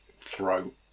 throat